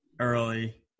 early